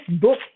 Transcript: book